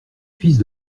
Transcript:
fils